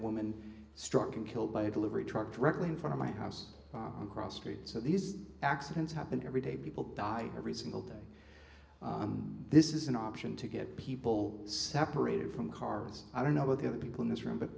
woman struck and killed by a delivery truck directly in front of my house on cross street so these accidents happen every day people die every single day this is an option to get people separated from cars i don't know about the other people in this room but